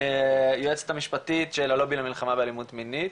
היועצת המשפטית של הלובי במלחמה באלימות מינית,